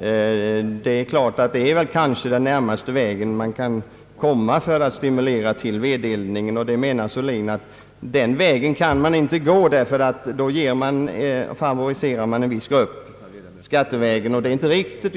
är kanske den närmaste vägen man kan komma för att stimulera till vedeldning. Herr Sörlin menar att den vägen kan man inte gå, ty då favoriserar man en viss grupp i skatteavseende och det är inte riktigt.